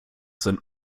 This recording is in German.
sind